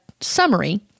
summary